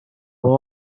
were